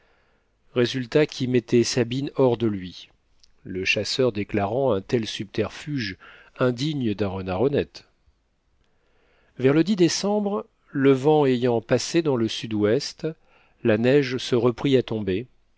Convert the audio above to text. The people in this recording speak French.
résultat qui mettait sabine hors de lui le chasseur déclarant un tel subterfuge indigne d'un renard honnête vers le décembre le vent ayant passé dans le sud-ouest la neige se reprit à tomber